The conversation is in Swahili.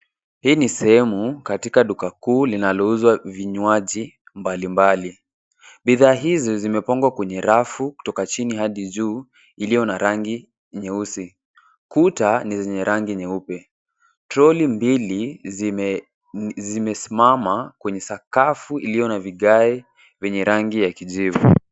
Hii ni sehemu katika duka kuu linalouzwa vinywaji mbali mbali, bidhaa hizi zimepangwa kwenye rafu kutoka jini hadi juu ilio na rangi nyeusi, kuta ni zenye rangi nyeupe troli mbili zimesimama kwenye sakafu ilio na vigae venye rangi ya kijivu.